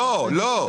לא, לא.